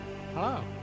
Hello